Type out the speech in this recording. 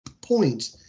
point